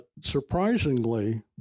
surprisingly